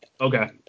Okay